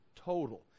total